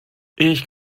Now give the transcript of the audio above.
ich